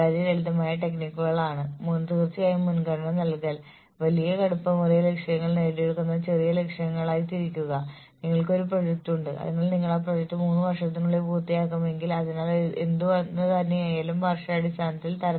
റിവാർഡുകളുടെ ഒന്നിലധികം പാളികൾ ഉപയോഗിക്കുക നിങ്ങൾക്ക് ജീവനക്കാരുടെ പങ്കാളിത്തം വർദ്ധിപ്പിക്കാം ധാർമ്മികമായി പ്രവർത്തിക്കുന്നതിന്റെ പ്രാധാന്യം ഊന്നിപ്പറയാം പെർഫോമൻസ് സിസ്റ്റങ്ങൾക്കായുള്ള ശമ്പളം നിങ്ങൾക്ക് അറിയാം